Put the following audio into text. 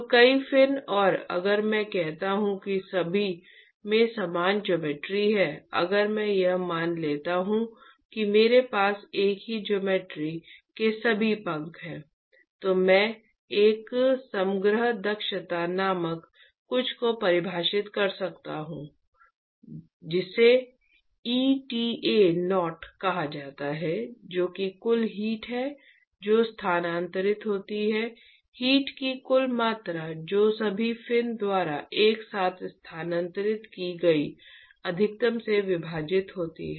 तो कई फिन और अगर मैं कहता हूं कि सभी में समान ज्योमेट्री है अगर मैं यह मान लेता हूं कि मेरे पास एक ही ज्योमेट्री के सभी पंख हैं तो मैं एक समग्र दक्षता नामक कुछ को परिभाषित कर सकता हू जिसे eta0 कहा जाता है जो कि कुल हीट है जो स्थानांतरित होती है हीट की कुल मात्रा जो सभी फिन द्वारा एक साथ स्थानांतरित की गई अधिकतम से विभाजित होती है